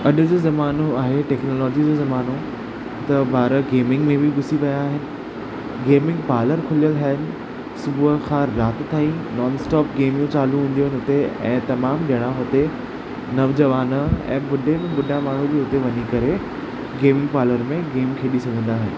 अॼ जो ज़मानो आहे टेक्नॅालाजीअ जो ज़मानो त ॿार गेमिंग में बि घुसी पिया आहिनि गेमिंग पार्लर खुलियलु आहिनि सुबुह खां राति ताईं नॉनस्टाप गेमियूं चालू हूंदियूं आहिनि उते ऐं तमामु ॼणा हुते नवजवान ऐं ॿुढे में ॿुढा माण्हू बि उते वञी करे गेमिंग पार्लर में गेम खेॾी सघंदा आहिनि